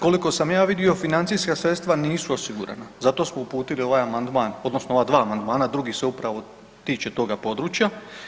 Koliko sam ja vidio financijska sredstva nisu osigurana, zato smo uputili ovaj amandman odnosno ova dva amandmana, drugi se upravo tiče toga područja.